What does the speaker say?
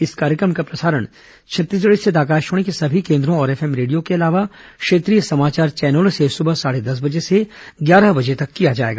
इस कार्यक्रम का प्रसारण छत्तीसगढ़ रिथित आकाशवाणी के सभी केन्द्रों और एफएम रेडियो के अलावा क्षेत्रीय समाचार चैनलों से सुबह साढ़े दस बजे से ग्यारह बजे तक किया जाएगा